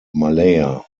malaya